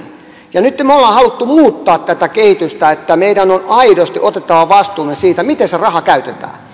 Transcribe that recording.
ja nyt me olemme halunneet muuttaa tätä kehitystä että meidän on on aidosti otettava vastuu myös siitä miten se raha käytetään